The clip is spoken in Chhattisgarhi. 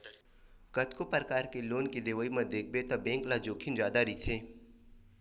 कतको परकार के लोन के देवई म देखबे त बेंक ल जोखिम जादा रहिथे